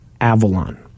Avalon